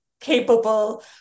capable